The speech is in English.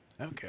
Okay